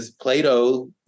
Plato